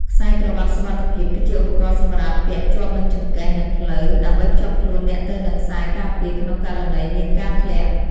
ខ្សែក្រវាត់សុវត្ថិភាព គឺជាឧបករណ៍សម្រាប់ពាក់ជាប់នឹងចង្កេះ និងភ្លៅ ដើម្បីភ្ជាប់ខ្លួនអ្នកទៅនឹងខ្សែការពារក្នុងករណីមានការធ្លាក់។